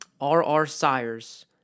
rrsires